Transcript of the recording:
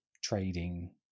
trading